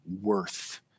worth